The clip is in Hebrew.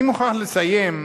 אני מוכרח לסיים,